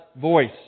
voice